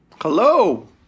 Hello